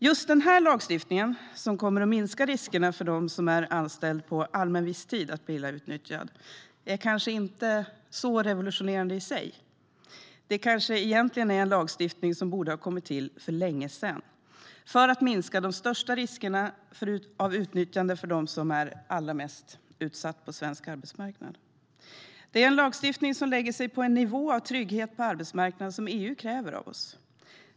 Just denna lagstiftning kommer att minska riskerna för dem som är anställda allmän visstid att bli utnyttjade. Det är kanske inte så revolutionerande i sig. Det kanske egentligen är en lagstiftning som borde ha kommit till för länge sedan för att minska de största riskerna för utnyttjande av dem som är allra mest utsatta på svensk arbetsmarknad. Det är en lagstiftning som lägger sig på den nivå av trygghet på arbetsmarknaden som EU kräver av oss.